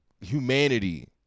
humanity